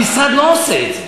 המשרד לא עושה את זה.